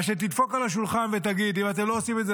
אז שתדפוק על השולחן ותגיד: אם אתם לא עושים את זה,